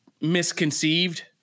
misconceived